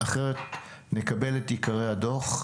אחרת נקבל את עיקרי הדוח,